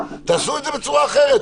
תעשו את זה בצורה אחרת.